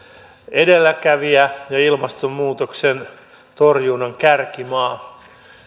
edelläkävijä ja ilmastonmuutoksen torjunnan kärkimaa